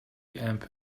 amp